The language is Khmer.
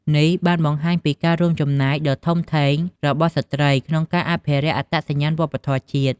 នេះបានបង្ហាញពីការរួមចំណែកដ៏ធំធេងរបស់ស្ត្រីក្នុងការអភិរក្សអត្តសញ្ញាណវប្បធម៌ជាតិ។